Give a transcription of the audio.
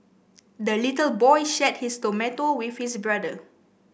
the little boy shared his tomato with his brother